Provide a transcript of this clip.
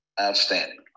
Outstanding